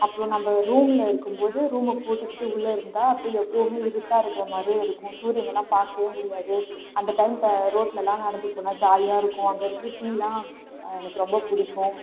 அப்போ நம்ம ரூமில் இருக்கும் போது ரூம்மை பூட்டிக்கிட்டு உள்ள இருந்தால் அப்போ எப்போவுமே இருட்டா இருக்கிற மாதிரியே இருக்கும் சூரியனெல்லாம் பார்க்கவே முடியாது அந்த டைமில் ரோட்லெல்லாம் நடந்து போனால் ஜாலியாக இருக்கும் அங்கே இருக்கிற டீலாம் எனக்கு ரொம்ப பிடிக்கும்